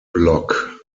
block